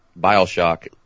Bioshock